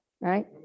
right